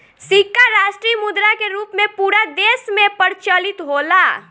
सिक्का राष्ट्रीय मुद्रा के रूप में पूरा देश में प्रचलित होला